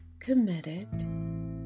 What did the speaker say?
committed